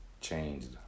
changed